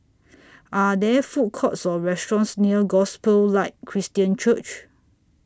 Are There Food Courts Or restaurants near Gospel Light Christian Church